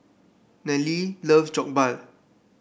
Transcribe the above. Nallely loves Jokbal